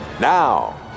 Now